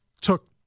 took